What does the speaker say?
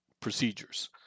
procedures